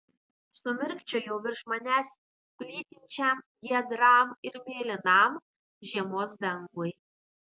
sumirkčiojau virš manęs plytinčiam giedram ir mėlynam žiemos dangui